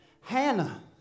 Hannah